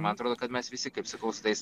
man atrodo kad mes visi kaip sakau su tais